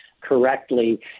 correctly